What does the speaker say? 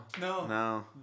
No